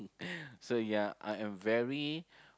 so ya I am very